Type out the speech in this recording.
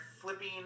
flipping